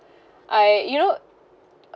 I you know